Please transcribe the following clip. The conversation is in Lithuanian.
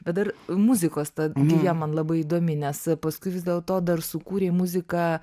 bet dar muzikos ta gija man labai įdomi nes paskui vis dėlto dar sukūrei muziką